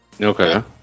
okay